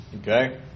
Okay